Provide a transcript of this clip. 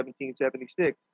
1776